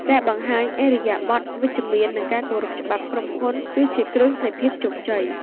ការបង្ហាញឥរិយាបថវិជ្ជមាននិងការគោរពច្បាប់ក្រុមហ៊ុន គឺជាគ្រឹះនៃភាពជោគជ័យ។